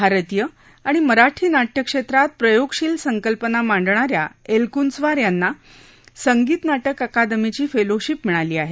भारतीय आणि मराठी नाट्य क्षेत्रात प्रयोगशील संकल्पना मांडणा या एलकुंचवार यांना संगीत नाटक अकादमीची फेलोशिप मिळाली आहे